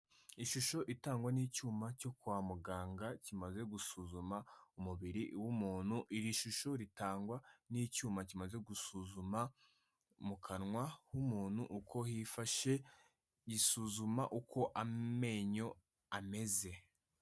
Ishusho itangwa n'icyuma cyo kwa muganga, kimaze gusuzuma umubiri w'umuntu, iri shusho ritangwa n'icyuma kimaze gusuzuma mu kanwa h'umuntu uko hifashe, gisuzuma uko amenyo ameze.